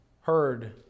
heard